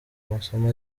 amasomo